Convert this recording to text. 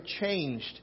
changed